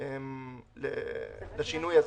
לשינוי הזה